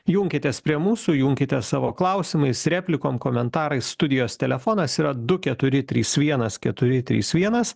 junkitės prie mūsų junkitės savo klausimais replikom komentarais studijos telefonas yra du keturi trys vienas keturi trys vienas